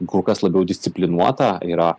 kur kas labiau disciplinuota yra